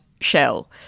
shell